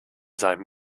seinem